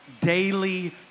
Daily